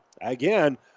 again